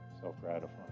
self-gratifying